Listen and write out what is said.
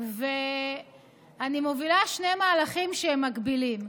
אני מובילה שני מהלכים שהם מקבילים: